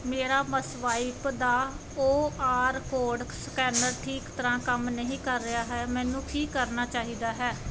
ਮੇਰਾ ਮਸਵਾਇਪ ਦਾ O R code scanner ਠੀਕ ਤਰ੍ਹਾਂ ਕੰਮ ਨਹੀਂ ਕਰ ਰਿਹਾ ਮੈਨੂੰ ਕੀ ਕਰਨਾ ਚਾਹੀਦਾ ਹੈ